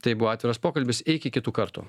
tai buvo atviras pokalbis iki kitų kartų